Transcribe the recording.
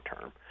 term